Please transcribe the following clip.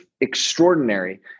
extraordinary